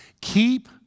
Keep